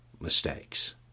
mistakes